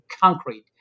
concrete